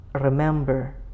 Remember